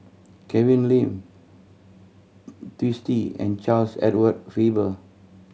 Kevin Lim Twisstii and Charles Edward Faber